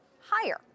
higher